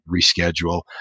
reschedule